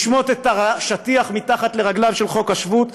לשמוט את השטיח מתחת לרגליו של חוק השבות,